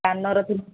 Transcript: କାନର ଥି